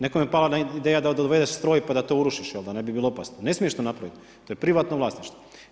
Nekome je pala ideja, da dovede stroj, pa da to urušiš, jel da ne bi bilo opasno, ne smiješ to napraviti, to je privatno vlasništvo.